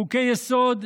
חוקי-יסוד,